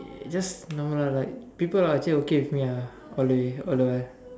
just no lah like people are actually okay with me ah all the way all the while